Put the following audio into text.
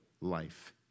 life